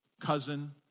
cousin